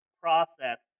process